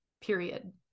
period